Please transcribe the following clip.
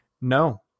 No